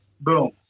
boom